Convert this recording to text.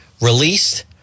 Released